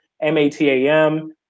M-A-T-A-M